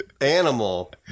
animal